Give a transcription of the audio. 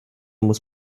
muss